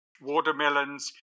watermelons